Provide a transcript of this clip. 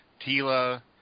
Tila